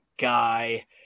guy